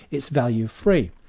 it's value-free.